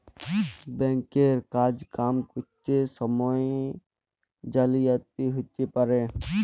bank এর কাজ কাম ক্যরত সময়ে জালিয়াতি হ্যতে পারে